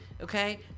okay